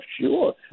Sure